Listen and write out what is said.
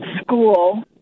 school